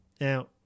Now